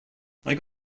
like